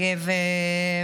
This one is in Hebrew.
אימא של יגב,